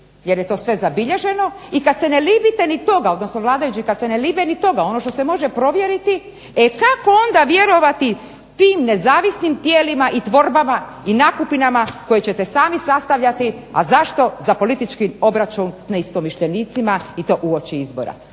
jer je to sve zabilježeno i kad se ne libite ni toga, odnosno vladajući kad se ne libe ni toga ono što se može provjeriti e kako onda vjerovati tim nezavisnim tijelima i tvorbama i nakupinama koje ćete sami sastavljati. A zašto? Za politički obračun s neistomišljenicima i to uoči izbora.